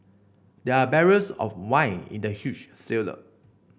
there are barrels of wine in the huge cellar